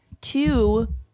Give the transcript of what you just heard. two